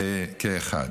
חוק